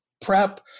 prep